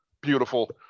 beautiful